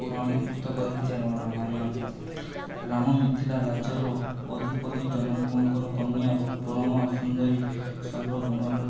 ପୌରାଣିକ ପୁସ୍ତକ ହେଇଚି ଆମର ରାମାୟଣ ରାମମି ରାଜ୍ୟର ଅଧିପତି ଜନକଙ୍କର କନ୍ୟା ପରମ ସୁନ୍ଦରୀ ସର୍ବ ଗୁଣଲୋକ